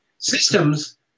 Systems